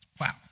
Wow